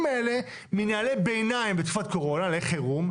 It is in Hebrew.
האלה מנהלי ביניים בתקופת קורונה לחירום,